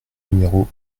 numéro